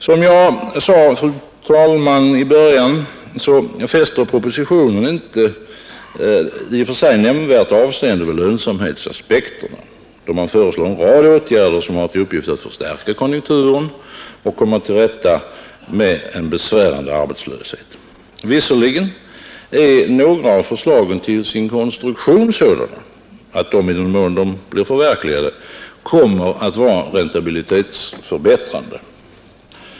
Som jag, fru talman, sade i början av mitt anförande, fäster propositionen inte i och för sig nämnvärt avseende vid lönsamhetsaspekterna, då man föreslår en rad åtgärder som har till uppgift att förstärka konjunkturen och komma till rätta med en besvärande arbetslöshet. Visserligen är några av förslagen till sin grundkonstruktion sådana att de, i den mån de blir förverkligade, kommer att vara räntabilitetsförbättrande.